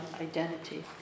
identity